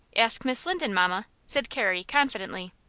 ask miss linden, mamma, said carrie, confidently.